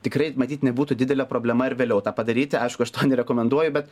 tikrai matyt nebūtų didelė problema ir vėliau tą padaryti aišku aš to nerekomenduoju bet